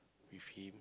with him